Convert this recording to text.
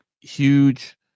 huge